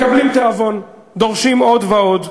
מקבלים תיאבון, דורשים עוד ועוד,